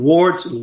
Ward's